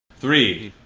three,